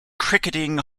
cricketing